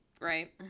right